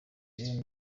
rero